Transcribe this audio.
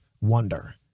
wonder